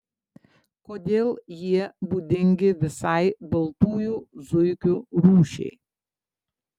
kodėl jie būdingi visai baltųjų zuikių rūšiai